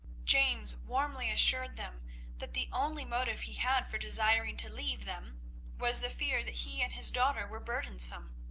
james warmly assured them that the only motive he had for desiring to leave them was the fear that he and his daughter were burdensome.